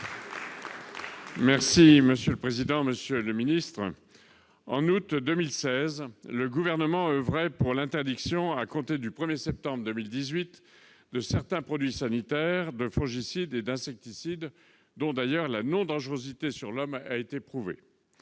et de l'alimentation. Au mois d'août 2016, le Gouvernement oeuvrait pour l'interdiction, à compter du 1 septembre 2018, de certains produits sanitaires, fongicides et insecticides, dont, d'ailleurs, la non-dangerosité sur l'homme a été prouvée.